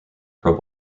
pro